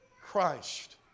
Christ